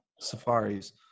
safaris